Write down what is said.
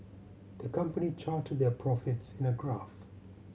the company charted their profits in a graph